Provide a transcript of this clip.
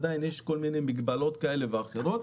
ויש עדיין מגבלות כאלה ואחרות.